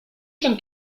się